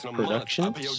productions